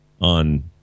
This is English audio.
on